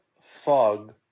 fog